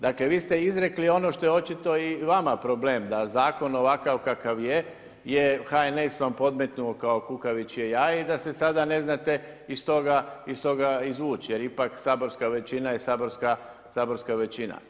Dakle, vi ste izrekli ono što je očito i vama problem, da zakon ovakav kakav je je HNS vam podmetnuo kao kukavičje jaje i da se sada ne znate iz toga izvući, jer ipak saborska većina je saborska većina.